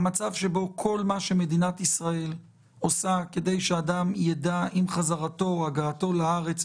המצב שבו כל מה שמדינת ישראל עושה כדי שאדם ידע אם חזרתו או הגעתו לארץ,